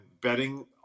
betting